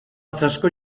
frescor